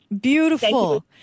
beautiful